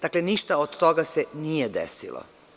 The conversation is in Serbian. Dakle, ništa od toga se nije desilo.